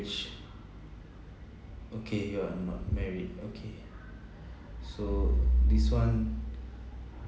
okay you're not married okay so this one